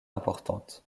importante